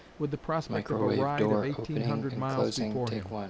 with the prospect of a ride of eighteen hundred miles before him,